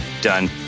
done